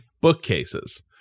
bookcases